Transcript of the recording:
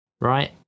right